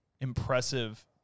impressive